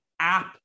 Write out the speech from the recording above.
app